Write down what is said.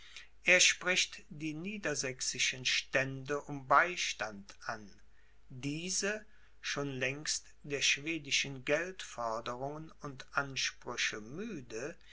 er spricht die niedersächsischen stände um beistand an diese schon längst der schwedischen geldforderungen und ansprüche müde